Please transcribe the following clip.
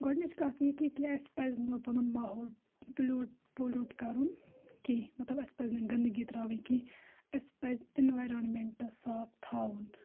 گۄڈٕنِچ کَتھ یہِ کہِ کہِ اَسہِ پَزِ نہٕ پَنُن ماحول پُلیوٗٹ پولیوٗٹ کَرُن کیٚنٛہہ مطلب اَسہِ پَزِ نہٕ گِنٛدگی ترٛاوٕنۍ کیٚنٛہہ اَسہِ پَزِ اِنوارَمٮ۪نٛٹ صاف تھاوُن